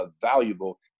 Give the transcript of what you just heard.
valuable